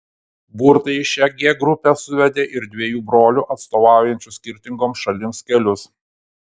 burtai į šią g grupę suvedė ir dviejų brolių atstovaujančių skirtingoms šalims kelius